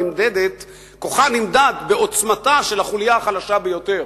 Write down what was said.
נמדדים בעוצמתה של החוליה החלשה ביותר